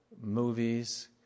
movies